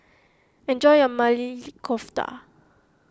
enjoy your Maili Kofta